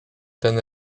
ten